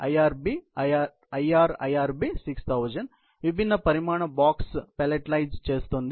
IR IRB 6000 విభిన్న పరిమాణ box palletize చేస్తుంది